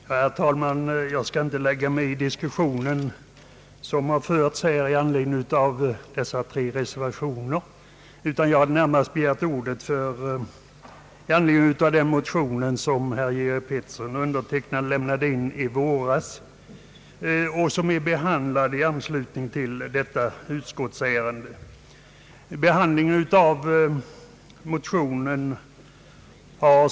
Herr talman! Jag skall inte lägga mig i den diskussion som har förts i anledning av de tre reservationerna, utan jag har närmast begärt ordet för att tala om den motion som herr Georg Pettersson och jag lämnade in i våras och som är behandlad i anslutning till detta utskottsärende.